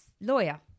lawyer